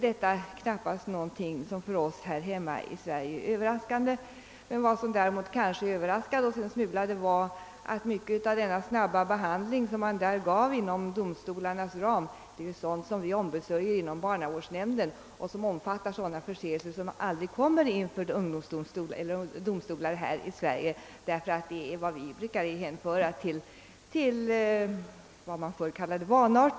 Detta är ju knappast något som är överraskande för oss här hemma i Sverige. Vad som däremot överraskade oss en smula var att mycket av den snabba behandling som man där ger ungdomsbrottslingarna inom domstolarnas ram avser sådana fall som vi handlägger inom barnavårdsnämnden, d.v.s. förseelser som aldrig kommer inför domstol här i Sverige, därför att de är att hänföra till vad man förr kallade van art.